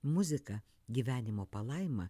muzika gyvenimo palaima